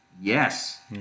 Yes